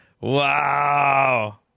Wow